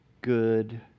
good